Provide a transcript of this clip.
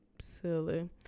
silly